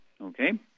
Okay